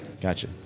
Gotcha